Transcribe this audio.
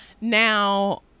now